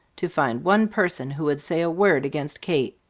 to find one person who would say a word against kate.